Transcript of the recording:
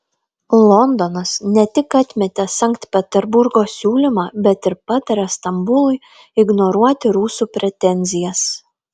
londonas ne tik atmetė sankt peterburgo siūlymą bet ir patarė stambului ignoruoti rusų pretenzijas